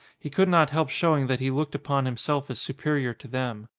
he could not help showing that he looked upon himself as superior to them.